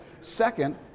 second